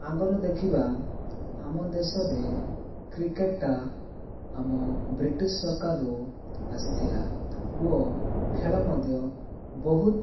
ଆଗରୁ ଦେଖିବା ଆମ ଦେଶରେ କ୍ରିକେଟଟା ଆମ ବ୍ରିଟିଶ ସରକାରର ଆସିଥିଲା ଓ ଖେଳ ମଧ୍ୟ ବହୁତ